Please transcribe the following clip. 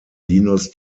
linus